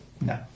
No